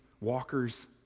walkers